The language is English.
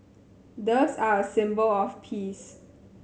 doves are a symbol of peace